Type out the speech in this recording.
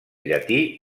llatí